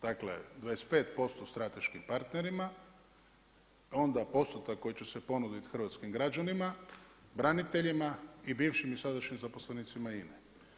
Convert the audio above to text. Dakle, 255 strateškima partnerima, onda postotak koji će se ponuditi hrvatskim građanima, braniteljima i bivšim i sadašnjim zaposlenicima INA-e.